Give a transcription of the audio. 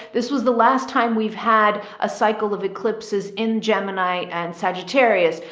this was the last time we've had a cycle of eclipses in gemini and sagittarius.